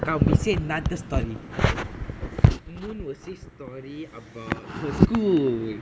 come we say another story moon will say story about her school